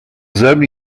selben